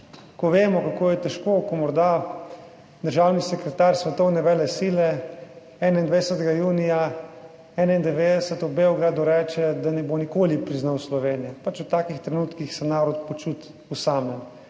ko vemo, kako je težko, ko morda državni sekretar svetovne velesile 21. junija 1991, v Beogradu reče, da ne bo nikoli priznal Slovenije. Pač v takih trenutkih se narod počuti osamljen